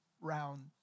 round